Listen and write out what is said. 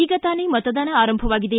ಈಗ ತಾನೇ ಮತದಾನ ಆರಂಭವಾಗಿದೆ